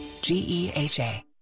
GEHA